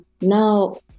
now